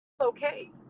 okay